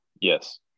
Yes